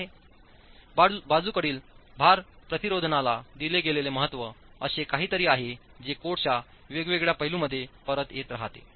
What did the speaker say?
ठीक आहे बाजूकडील भार प्रतिरोधनाला दिले गेलेले महत्त्व असे काहीतरी आहे जे कोडच्या वेगवेगळ्या पैलूंमध्ये परत येत राहते